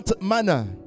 manner